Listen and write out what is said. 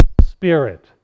spirit